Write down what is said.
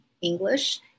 English